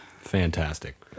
Fantastic